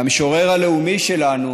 והמשורר הלאומי שלנו,